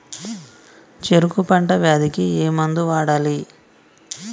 చెరుకు పంట వ్యాధి కి ఏ మందు వాడాలి?